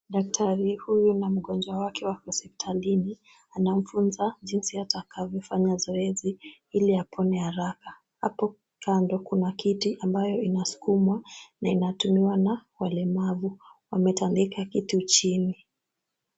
Daktari huyu na mgonjwa wake wako hospitalini. Anamfunza jinsi atakavyo fanya zoezi ili apone haraka. Hapo kando kuna kiti ambayo inasukumwa na inatumiwa na walemavu. Wametandika kitu chini.